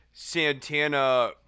Santana